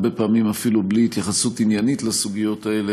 הרבה פעמים אפילו בלי התייחסות עניינית לסוגיות האלה,